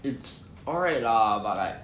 it's alright lah but like